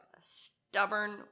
stubborn